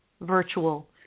virtual